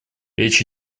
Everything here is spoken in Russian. речь